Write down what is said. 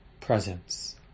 presence